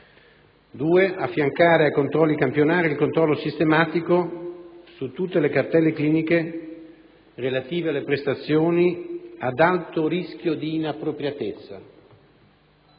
affiancare ai controlli campionari il controllo sistematico su tutte le cartelle cliniche relative alle prestazioni ad alto rischio di inappropriatezza,